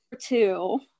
two